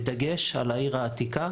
בדגש על העיר העתיקה